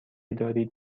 دارید